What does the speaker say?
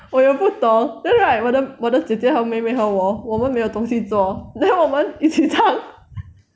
我也不懂 then right 我的我的姐姐和妹妹和我我们没有东西做 then 我们一起唱